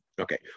Okay